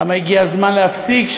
למה הגיע הזמן להפסיק,